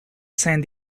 san